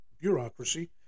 bureaucracy